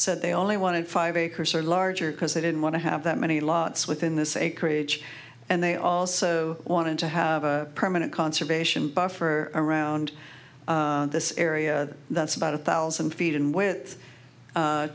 said they only wanted five acres or larger because they didn't want to have that many lots within this acreage and they also wanted to have a permanent conservation buffer around this area that's about a thousand feet and with